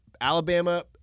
Alabama